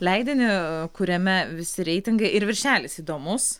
leidinį kuriame visi reitingai ir viršelis įdomus